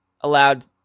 allowed